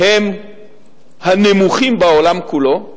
הם הנמוכים בעולם כולו,